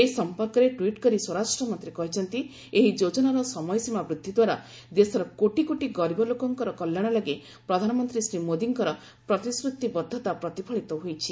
ଏ ସମ୍ପର୍କରେ ଟ୍ୱିଟ୍ କରି ସ୍ୱରାଷ୍ଟ୍ର ମନ୍ତ୍ରୀ କହିଛନ୍ତି ଏହି ଯୋଜନାର ସମୟସୀମା ବୂଦ୍ଧିଦ୍ୱାରା ଦେଶର କୋଟି କୋଟି ଗରିବ ଲୋକଙ୍କର କଲ୍ୟାଣ ଲାଗି ପ୍ରଧାନମନ୍ତ୍ରୀ ଶ୍ରୀ ମୋଦିଙ୍କର ପ୍ରତିଶ୍ରତିବଦ୍ଧତା ପ୍ରତିଫଳିତ ହୋଇଛି